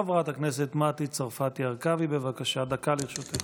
חברת הכנסת מטי צרפתי הרכבי, בבקשה, דקה לרשותך.